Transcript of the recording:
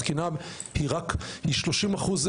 התקינה לא מאוישת ב-30 אחוז,